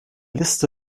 liste